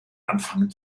anfangen